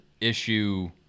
issue –